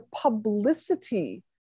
publicity